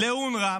לאונר"א,